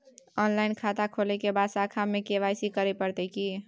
Online खाता खोलै के बाद शाखा में के.वाई.सी करे परतै की?